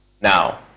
Now